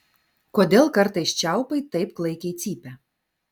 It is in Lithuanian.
kodėl kartais čiaupai taip klaikiai cypia